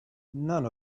none